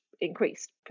increased